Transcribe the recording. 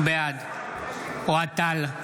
בעד אוהד טל,